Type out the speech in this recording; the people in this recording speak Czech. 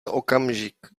okamžik